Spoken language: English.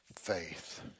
Faith